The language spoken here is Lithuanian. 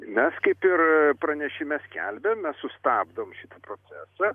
nes kaip ir pranešime skelbiam mes sustabdom šitą procesą